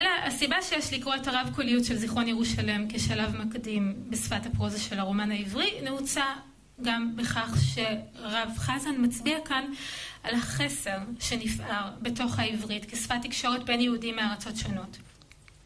הסיבה שיש לקרוא את הרב קוליות של זיכרון ירושלם, כשלב מקדים בשפת הפרוזה של הרומן העברי, נעוצה גם בכך שרב חזן מצביע כאן על החסר שנפער בתוך העברית כשפת תקשורת בין יהודים מארצות שונות.